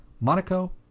Monaco